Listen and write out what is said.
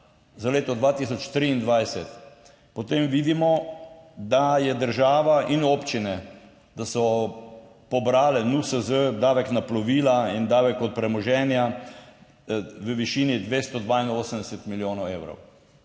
za leto 2023, potem vidimo, da je država in občine, da so pobrale NUSZ, davek na plovila in davek od premoženja v višini 282 milijonov evrov,